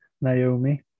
Naomi